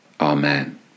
Amen